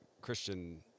Christian